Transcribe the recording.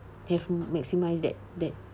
have maximize that that